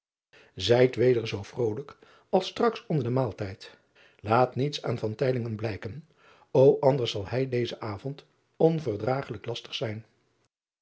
ijt weder zoo vrolijk als straks onder den maaltijd aat niets aan blijken o anders zal hij dezen avond onverdragelijk lastig zijn